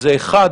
הם: אחד